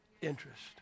interest